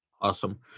Awesome